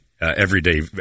everyday